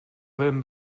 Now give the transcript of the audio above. than